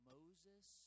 Moses